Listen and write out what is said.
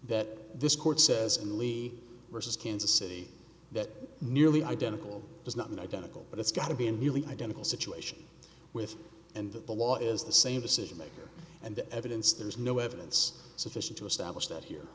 that this court says in lee versus kansas city that nearly identical does not mean identical but it's got to be a nearly identical situation with and that the law is the same decision maker and the evidence there is no evidence sufficient to establish that here